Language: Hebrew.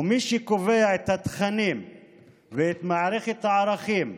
ומי שקובע את התכנים ואת מערכת הערכים,